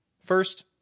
First